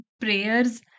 prayers